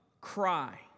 cry